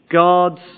God's